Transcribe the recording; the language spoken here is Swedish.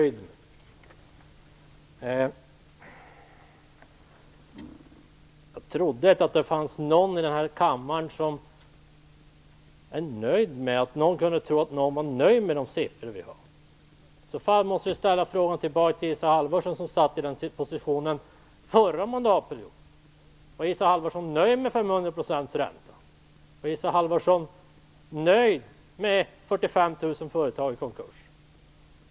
Fru talman! Jag tror inte att det finns någon i den här kammaren som kan tro att någon är nöjd med de siffror vi har. I så fall måste jag ställa frågan tillbaks till Isa Halvarsson som satt i den här positionen under den förra mandatperioden. Var Isa Halvarsson nöjd med en ränta på 500 %? Var Isa Halvarsson nöjd med 45 000 företag i konkurs?